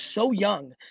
so young,